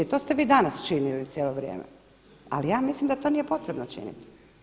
To ste vi danas činili cijelo vrijeme, ali ja mislim da to nije potrebno činiti.